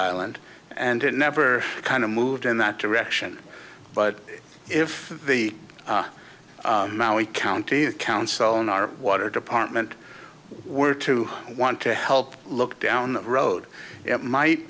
island and it never kind of moved in that direction but if the maui county council on our water department were to want to help look down the road it might